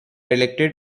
elected